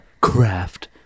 craft